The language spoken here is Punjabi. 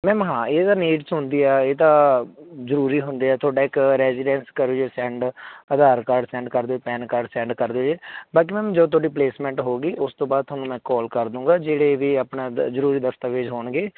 ਮੈਮ ਹਾਂ ਇਹ ਤਾਂ ਨੀਡਸ ਹੁੰਦੀ ਆ ਇਹ ਤਾਂ ਜ਼ਰੂਰੀ ਹੁੰਦੇ ਆ ਤੁਹਾਡਾ ਇੱਕ ਰੈਜੀਰੈਂਸ ਕਰੋ ਜੇ ਸੈਂਡ ਆਧਾਰ ਕਾਰਡ ਸੈਂਡ ਕਰ ਦਿਓ ਪੈਨ ਕਾਰਡ ਸੈਂਡ ਕਰ ਦਿਓ ਜੇ ਬਾਕੀ ਮੈਮ ਜੋ ਤੁਹਾਡੀ ਪਲੇਸਮੈਂਟ ਹੋਵੇਗੀ ਉਸ ਤੋਂ ਬਾਅਦ ਤੁਹਾਨੂੰ ਮੈਂ ਕਾਲ ਕਰ ਦੂੰਗਾ ਜਿਹੜੇ ਵੀ ਆਪਣਾ ਦਾ ਜ਼ਰੂਰੀ ਦਸਤਾਵੇਜ਼ ਹੋਣਗੇ